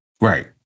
right